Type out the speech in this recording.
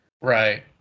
Right